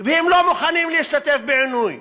והם לא מוכנים להשתתף בעינוי.